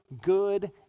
good